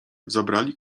zabrali